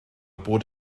bod